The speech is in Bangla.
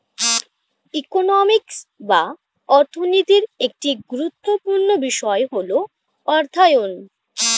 ইকোনমিক্স বা অর্থনীতির একটি গুরুত্বপূর্ণ বিষয় হল অর্থায়ন